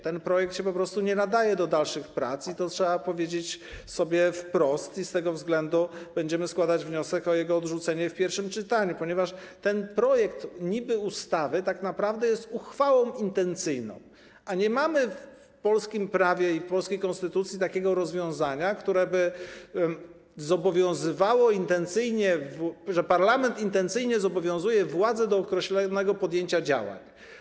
Ten projekt się po prostu nie nadaje do dalszych prac - i to trzeba sobie powiedzieć wprost - i z tego względu będziemy składać wniosek o jego odrzucenie w pierwszym czytaniu, ponieważ ten projekt niby-ustawy tak naprawdę jest uchwałą intencyjną, a nie mamy w polskim prawie i polskiej konstytucji takiego rozwiązania, które by zobowiązywało intencyjnie... że parlament intencyjnie zobowiązuje władze do podjęcia określonych działań.